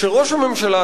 כשראש הממשלה,